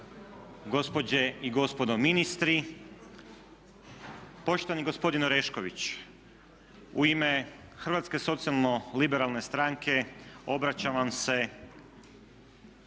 gospođe i gospodo ministri. Poštovani gospodine Orešković, u ime Hrvatske socijalno-liberalne stranke obraćam vam se